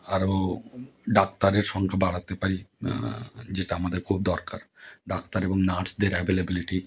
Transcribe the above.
আরও ডাক্তারের সংখ্যা বাড়াতে পারি যেটা আমাদের খুব দরকার ডাক্তার এবং নার্সদের অ্যাভেলেবেলিটি